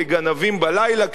כגנבים בלילה,